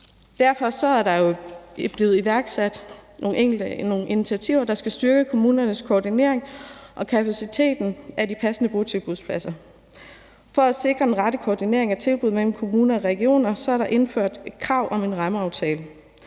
Derfor er der blevet iværksat nogle initiativer, der skal styrke kommunernes koordinering og kapaciteten af de passende botilbudspladser. For at sikre den rette koordinering af tilbud mellem kommuner og regioner er der indført et krav om en rammeaftale.